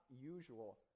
usual